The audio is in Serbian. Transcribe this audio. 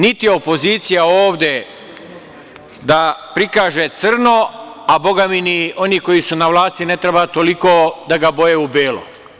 Niti je opozicija ovde da prikaže crno, a bogami ni oni koji su na vlasti ne treba toliko da ga boje u belo.